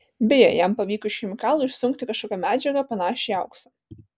beje jam pavyko iš chemikalų išsunkti kažkokią medžiagą panašią į auksą